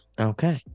Okay